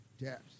deaths